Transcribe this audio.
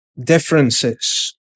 differences